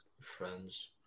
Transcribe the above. friends